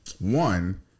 one